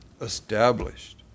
Established